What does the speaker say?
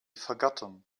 forgotten